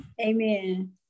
Amen